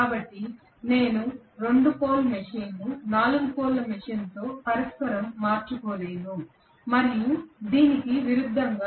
కాబట్టి నేను 2 పోల్ మెషీన్ను 4 పోల్ మెషీన్తో పరస్పరం మార్చుకోలేను మరియు దీనికి విరుద్ధంగా